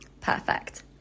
perfect